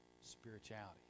spirituality